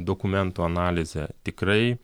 dokumentų analizė tikrai